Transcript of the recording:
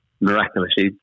miraculously